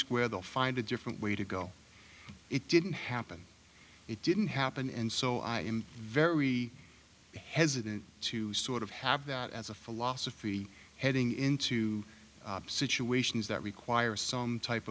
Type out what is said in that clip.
square they'll find a different way to go it didn't happen it didn't happen and so i am very hesitant to sort of have that as a philosophy heading into situations that require some type